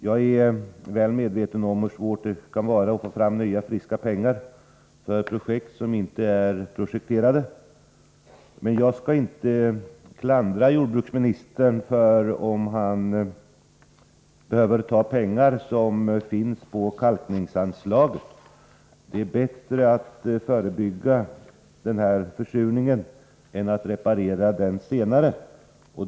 Jag är väl medveten om hur svårt det kan vara att få fram nya friska pengar för sådant som inte är projekterat. Men jag skall inte klandra jordbruksministern om han behöver ta pengar från kalkningsanslaget. Det är bättre att förebygga försurning än att behöva reparera den senare.